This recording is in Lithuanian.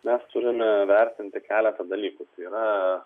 mes turime vertinti keletą dalykų tai yra